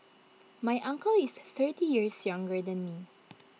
my uncle is thirty years younger than me